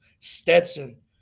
Stetson